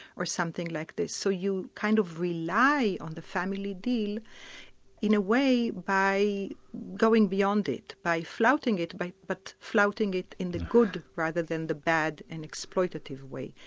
or something like this, so you kind of rely on the family deal in a way by going beyond it by flouting it, but flouting it in the good, rather than the bad and exploitative way.